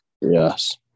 Yes